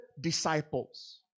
disciples